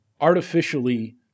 artificially